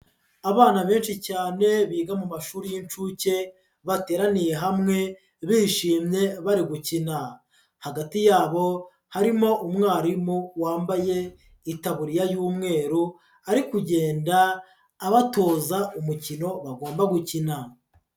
Abana benshi cyane biga mu mashuri y'inshuke bateraniye hamwe bishimye bari gukina, hagati yabo harimo umwarimu wambaye itaburiya y'umweru ari kugenda abatoza umukino bagomba gukina.